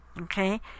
okay